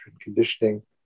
conditioning